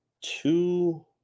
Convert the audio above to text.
two